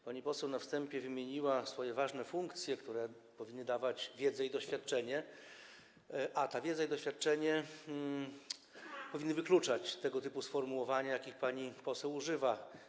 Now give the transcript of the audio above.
Pani poseł na wstępie wymieniła swoje ważne funkcje, które powinny dawać wiedzę i doświadczenie, a ta wiedza i to doświadczenie powinny wykluczać tego typu sformułowania, jakich pani poseł używa.